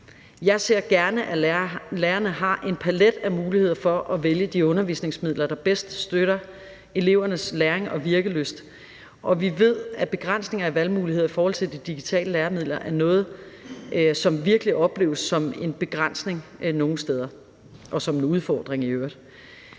Jeg ser gerne, at lærerne har en palet af muligheder for at vælge de undervisningsmidler, der bedst støtter elevernes læring og virkelyst, og vi ved, at begrænsning af valgmuligheder i forhold til de digitale læremidler er noget, som virkelig opleves som en begrænsning nogle steder og i øvrigt som en udfordring. Regeringen